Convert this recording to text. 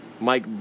Mike